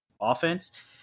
offense